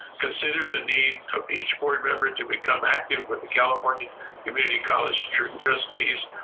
consider the need of each board member to become active with the california community college trustees,